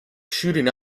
shooting